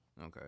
Okay